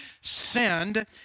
send